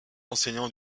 enseignant